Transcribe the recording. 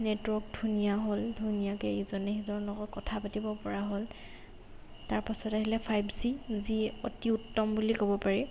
network ধুনীয়া হ'ল ধুনীয়াকৈ ইজনে সিজনৰ লগত কথা পাতিব পৰা হ'ল তাৰপাছত আহিলে ফাইভ জি যি অতি উত্তম বুলি ক'ব পাৰি